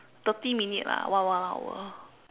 thirty minutes lah what one hour